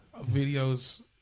videos